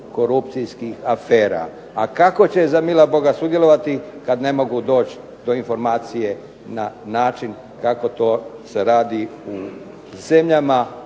korupcijskih afera. A kako će za milog Boga sudjelovati kada ne mogu doći do informacije na način kako se to radi u zemljama